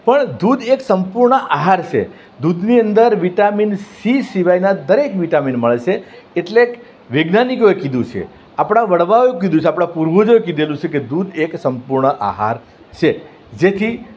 પણ દૂધ એક સંપૂર્ણ આહાર છે દૂધની અંદર વિટામિન સી સિવાયના દરેક વિટામિન મળે છે એટલે વિજ્ઞાનિકોએ કીધું છે આપણા વડવાઓએ કીધું છે આપના પૂર્વજોએ કીધેલું છે કે દૂધ એક સંપૂર્ણ આહાર છે જેથી